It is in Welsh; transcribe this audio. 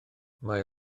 mae